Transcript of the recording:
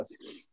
Yes